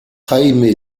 jaime